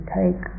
take